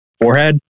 forehead